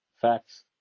Facts